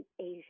Asia